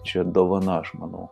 čia dovana aš manau